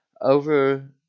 over